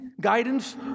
guidance